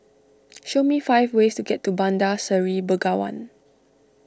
show me five ways to get to Bandar Seri Begawan